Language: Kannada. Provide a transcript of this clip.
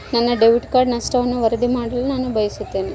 ನನ್ನ ಡೆಬಿಟ್ ಕಾರ್ಡ್ ನಷ್ಟವನ್ನು ವರದಿ ಮಾಡಲು ನಾನು ಬಯಸುತ್ತೇನೆ